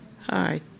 Hi